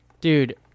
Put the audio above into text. Dude